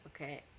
okay